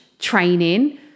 training